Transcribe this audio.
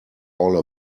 all